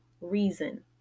reason